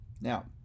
Now